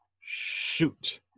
Shoot